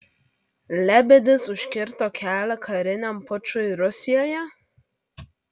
lebedis užkirto kelią kariniam pučui rusijoje